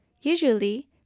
Usually